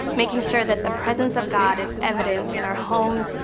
making sure that the presence of god is evident in our homes,